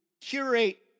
curate